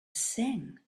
sing